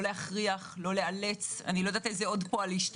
לא להכריח, לא לאלץ, להורים.